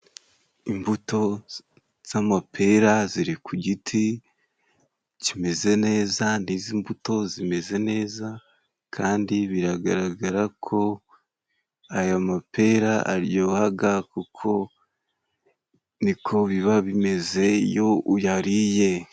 Imbuto z'amapera ziri ku giti kimeze neza, nizo mbuto zimeze neza kandi biragaragara ko aya mapera aryohaga kuko niko biba bimeze iyo uyariye.